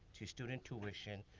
to student tuition,